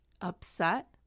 upset